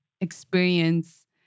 experience